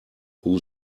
who